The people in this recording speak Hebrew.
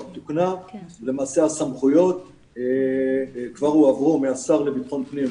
תוקנה ולמעשה הסמכויות כבר הועברו מהשר לביטחון פנים,